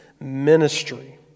ministry